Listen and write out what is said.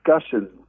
discussion